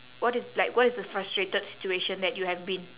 what is like what is the frustrated situation that you have been